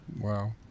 Wow